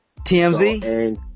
TMZ